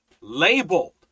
labeled